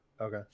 Okay